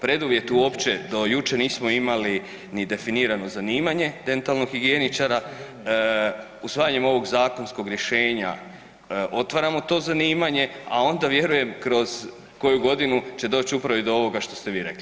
Preduvjet uopće, do jučer nismo imali ni definirano zanimanje dentalnog higijeničara, usvajanjem ovog zakonskog rješenja otvaramo to zanimanje, a onda vjerujem kroz koju godinu će doći upravo do ovoga što ste i vi rekli.